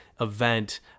event